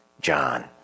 John